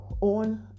on